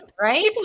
right